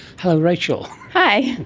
hello rachael. hi.